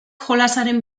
jolasaren